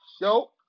Yo